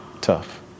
Tough